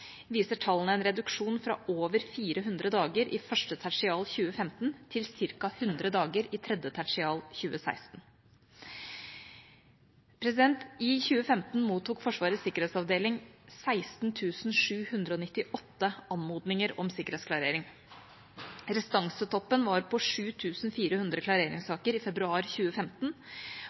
viser tallene en reduksjon fra over 400 dager i første tertial 2015 til ca. 100 dager i tredje tertial 2016. I 2015 mottok Forsvarets sikkerhetsavdeling 16 798 anmodninger om sikkerhetsklarering. Restansetoppen var på 7 400 klareringssaker i februar 2015,